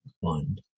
one